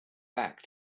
back